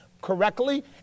correctly